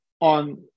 on